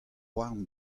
houarn